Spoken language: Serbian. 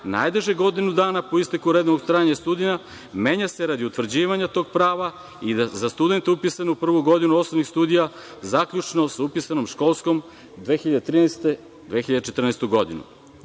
najduže godinu dana po isteku redovnog studiranja menja se radi utvrđivanja tog prava i da za studente upisane u prvu godinu osnovnih studija zaključno sa upisanom školskom 2013/2014. godine.